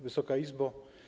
Wysoka Izbo!